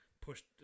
pushed